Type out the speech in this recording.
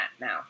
now